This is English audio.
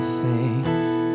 face